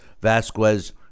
Vasquez